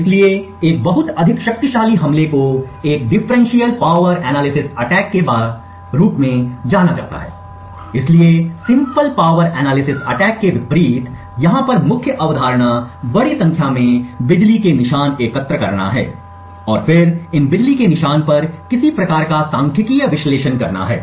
इसलिए एक बहुत अधिक शक्तिशाली हमले को एक डिफरेंशियल पावर एनालिसिस अटैक के रूप में जाना जाता है इसलिए सिंपल पावर एनालिसिस अटैक के विपरीत यहां पर मुख्य अवधारणा बड़ी संख्या में बिजली के निशान एकत्र करना है और फिर इन बिजली के निशान पर किसी प्रकार का सांख्यिकीय विश्लेषण करना है